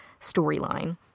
storyline